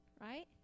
right